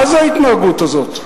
מה זאת ההתנהגות הזאת?